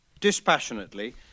dispassionately